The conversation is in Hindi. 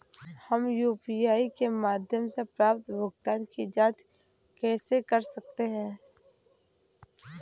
हम यू.पी.आई के माध्यम से प्राप्त भुगतान की जॉंच कैसे कर सकते हैं?